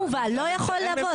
אין מובא לא יכול לבוא,